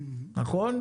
נכון?